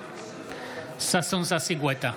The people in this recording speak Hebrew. נגד ששון ששי גואטה,